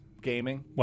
gaming